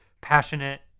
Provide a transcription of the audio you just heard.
passionate